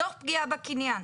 תוך פגיעה בקניין.